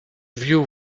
view